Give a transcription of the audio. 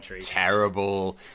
terrible